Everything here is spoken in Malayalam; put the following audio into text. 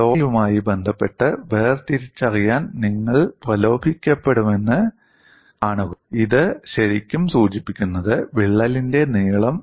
'ഡോ a' യുമായി ബന്ധപ്പെട്ട് വേർതിരിച്ചറിയാൻ നിങ്ങൾ പ്രലോഭിപ്പിക്കപ്പെടുമെന്ന് കാണുക ഇത് ശരിക്കും സൂചിപ്പിക്കുന്നത് വിള്ളലിന്റെ നീളം